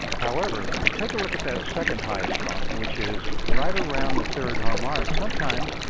however, you take a look at that second highest bump which is right around the third harmonic. sometimes,